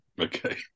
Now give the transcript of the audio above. Okay